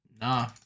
Nah